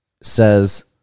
says